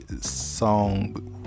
song